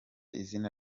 izina